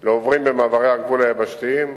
לעוברים במעברי הגבול היבשתיים,